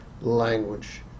language